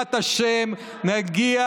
בעזרת השם, נגיע